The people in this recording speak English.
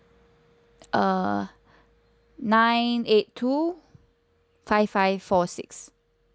uh nine eight two five five four six